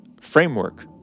framework